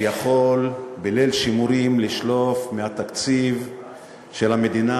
שיכול בליל שימורים לשלוף מהתקציב של המדינה